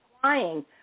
flying